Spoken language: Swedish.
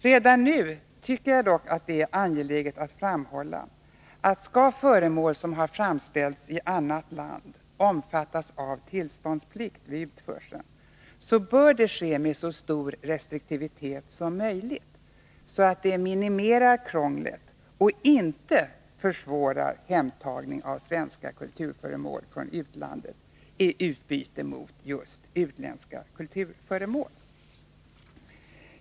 Jag tycker dock att det redan nu är angeläget att framhålla, att skall föremål som framställts i annat land omfattas av tillståndsplikt vid utförseln, bör det ske med så stor restriktivitet som möjligt, så att man minimerar krånglet och inte försvårar hemtagning av svenska kulturföremål från utlandet i utbyte mot utländska kulturföremål.